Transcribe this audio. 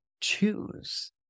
choose